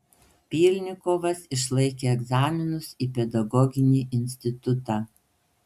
pylnikovas išlaikė egzaminus į pedagoginį institutą